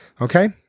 Okay